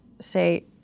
say